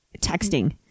texting